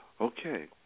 Okay